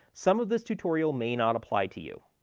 some of this tutorial may not apply to you.